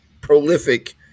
prolific